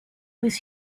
was